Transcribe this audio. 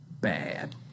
bad